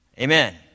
Amen